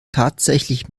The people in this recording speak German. tatsächlich